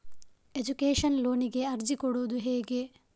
Education ಲೋನಿಗೆ ಅರ್ಜಿ ಕೊಡೂದು ಹೇಗೆ?